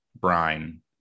brine